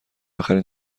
آخرین